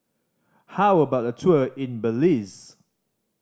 how about a tour in Belize